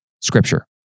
scripture